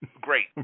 great